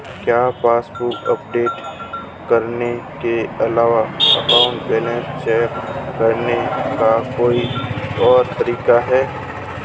क्या passbook update करने के अलावा अकाउंट बैलेंस चेक करने का कोई और तरीका है?